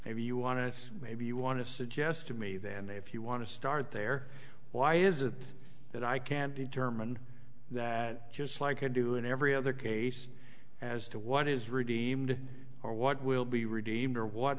maybe you want to maybe you want to suggest to me then they if you want to start there why is it that i can determine that just like you do in every other case as to what is redeemed or what will be redeemed or what